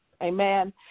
Amen